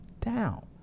down